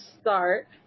start